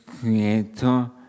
creator